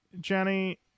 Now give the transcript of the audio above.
Jenny